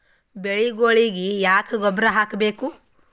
ಬೆಳಿಗೊಳಿಗಿ ಯಾಕ ಗೊಬ್ಬರ ಹಾಕಬೇಕು?